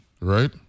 right